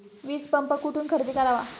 वीजपंप कुठून खरेदी करावा?